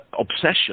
obsession